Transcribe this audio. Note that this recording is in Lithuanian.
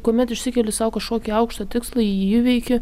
kuomet išsikeli sau kažkokį aukštą tikslą jį įveiki